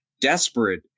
desperate